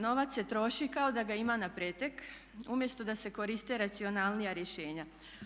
Novac se troši kao da ga ima na pretek umjesto da se koriste racionalnija rješenja.